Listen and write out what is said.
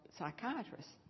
psychiatrists